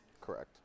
Correct